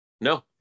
No